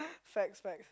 facts facts